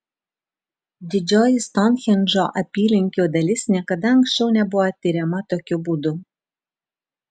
didžioji stounhendžo apylinkių dalis niekada anksčiau nebuvo tiriama tokiu būdu